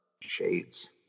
shades